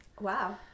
Wow